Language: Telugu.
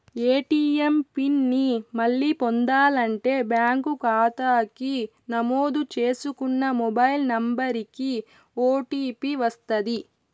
ఏ.టీ.యం పిన్ ని మళ్ళీ పొందాలంటే బ్యాంకు కాతాకి నమోదు చేసుకున్న మొబైల్ నంబరికి ఓ.టీ.పి వస్తది